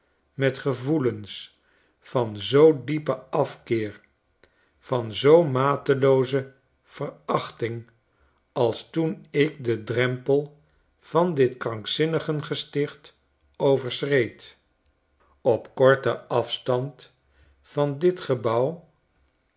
met gevoelens van zoo diepen afkeer van zoo matelooze verachting als toen ik den drempel van dit krankzinnigengesticht overschreed rop korten afstand van ditvgebouw